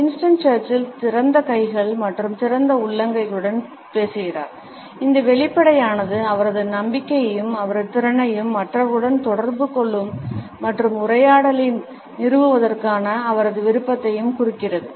Winston Churchill திறந்த கைகள் மற்றும் திறந்த உள்ளங்கைகளுடன் பேசுகிறார் இந்த வெளிப்படையானது அவரது நம்பிக்கையையும் அவரது திறனையும் மற்றவர்களுடன் தொடர்பு மற்றும் உரையாடலை நிறுவுவதற்கான அவரது விருப்பத்தையும் குறிக்கிறது